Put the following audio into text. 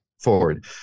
forward